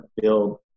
build